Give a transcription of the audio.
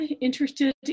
interested